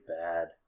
bad